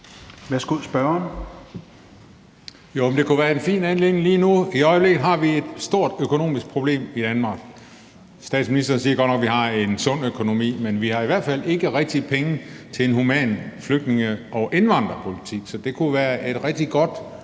Christian Juhl (EL): Jo, men det kunne jo være en fin anledning lige nu. I øjeblikket har vi et stort økonomisk problem i Danmark. Statsministeren siger godt nok, at vi har en sund økonomi, men vi har i hvert fald ikke rigtig penge til en human flygtninge- og indvandrerpolitik, så det kunne jo være et rigtig godt